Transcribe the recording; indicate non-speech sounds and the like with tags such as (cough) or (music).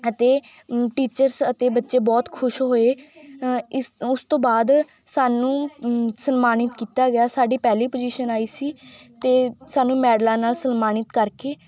ਅਤੇ (unintelligible) ਟੀਚਰਸ ਅਤੇ ਬੱਚੇ ਬਹੁਤ ਖੁਸ਼ ਹੋਏ ਇਸ ਉਸ ਤੋਂ ਬਾਅਦ ਸਾਨੂੰ (unintelligible) ਸਨਮਾਨਿਤ ਕੀਤਾ ਗਿਆ ਸਾਡੀ ਪਹਿਲੀ ਪੋਜੀਸ਼ਨ ਆਈ ਸੀ ਅਤੇ ਸਾਨੂੰ ਮੈਡਲਾਂ ਨਾਲ ਸਨਮਾਨਿਤ ਕਰਕੇ